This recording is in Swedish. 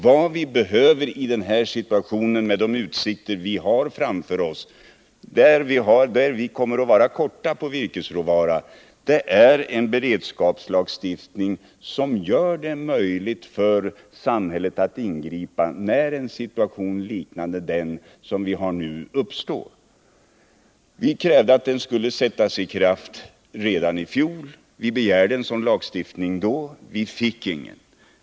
Vad vi behöver i denna situation, med de utsikter vi har framför oss, där vi kommer att vara korta på virkesråvara, är en beredskapslagstiftning som gör det möjligt för samhället att ingripa, när en situation liknande den nuvarande uppstår. Vi krävde att en beredskapslagstiftning skulle sättas i kraft redan i fjol. Vi begärde en sådan här lagstiftning då — vi fick ingen.